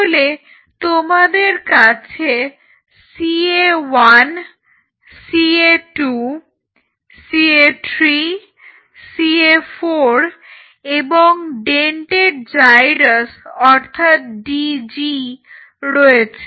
তাহলে তোমাদের কাছে CA 1 CA2 CA3 CA4 এবং ডেন্টেড জাইরাস অর্থাৎ DG রয়েছে